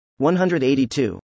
182